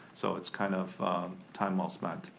so it's kind of time well spent.